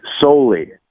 solely